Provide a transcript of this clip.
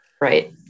Right